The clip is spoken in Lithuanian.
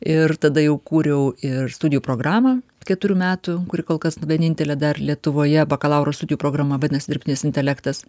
ir tada jau kūriau ir studijų programą keturių metų kuri kol kas vienintelė dar lietuvoje bakalauro studijų programa vadinasi dirbtinis intelektas